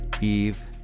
Eve